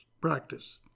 practice